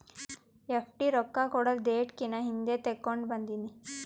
FD ರೊಕ್ಕಾ ಕೊಡದು date ಕಿನಾ ಹಿಂದೆ ತೇಕೊಂಡ್ ಬಂದಿನಿ